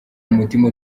umutima